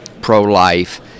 pro-life